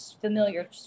familiar